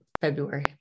February